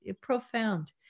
profound